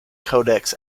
codex